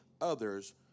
others